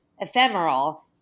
ephemeral